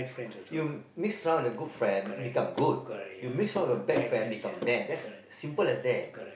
you mix around the good friend you become good you mix around with bad friend become bad that's simple as that